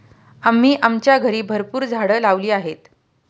आम्ही आमच्या घरी भरपूर झाडं लावली आहेत